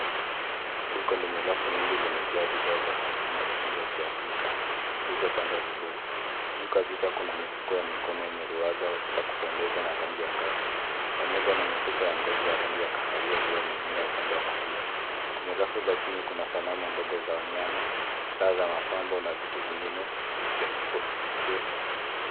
Duka lenye rafu nyingi limejaa bidhaa za sanaa na ufundi wa kiafrika zilizopangwa vizuri. Juu kabisa kuna mifuko ya mikono yenye ruwaza ya kupendeza na rangi ya ngafu. Pamoja na mifuko ya ngozi ya rangi ya kahawia uliyoning'inia upande wa kulia. Kwenye rafu za chini kuna sanamu ndogo za wanyama saa za mapambo na vitu vingine vya kipefu.